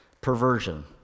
Perversion